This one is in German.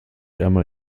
einmal